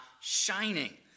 shining